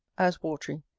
as watry,